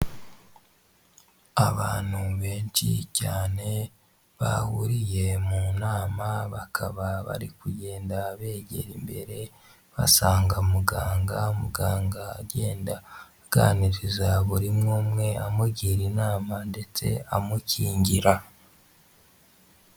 Abantu benshi cyane bahuriye mu nama bakaba bari kugenda begera imbere, basanga muganga, muganga agenda aganiriza buri umwe, umwe amugira inama ndetse amukingira.